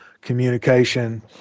communication